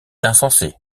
insensé